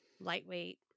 lightweight